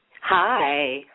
Hi